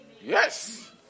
Yes